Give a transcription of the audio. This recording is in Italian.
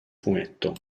fumetto